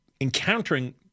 encountering